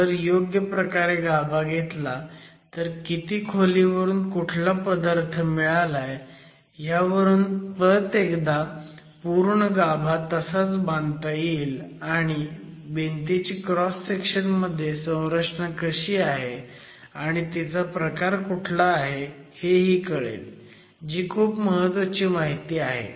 जर योग्य प्रकारे गाभा घेतला तर किती खोलीवरून कुठला पदार्थ मिळालाय ह्यावरून परत एकदा पूर्ण गाभा तसाच बांधता येईल आणि भिंतीची क्रॉस सेक्शन मध्ये संरचना कशी आहे आणि तिचा प्रकार कुठला आहे हे कळेल जी खूप महत्वाची माहिती आहे